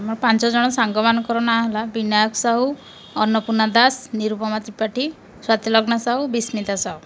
ଆମର ପାଞ୍ଚଜଣ ସାଙ୍ଗମାନଙ୍କର ନାଁ ହେଲା ବିନାୟକ ସାହୁ ଅନ୍ନପୂର୍ଣ୍ଣା ଦାସ ନିରୂପମା ତ୍ରିପାଠୀ ସ୍ଵାତିଲଗ୍ନା ସାହୁ ବିସ୍ମିତା ସାହୁ